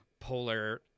polar